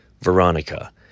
Veronica